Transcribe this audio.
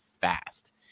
fast